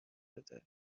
بده